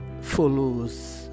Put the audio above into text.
follows